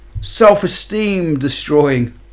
self-esteem-destroying